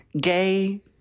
gay